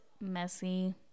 messy